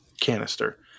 canister